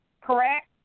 correct